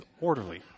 orderly